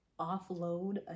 offload